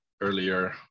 earlier